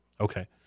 Okay